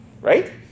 right